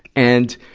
and,